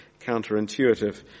counterintuitive